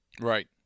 Right